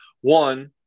one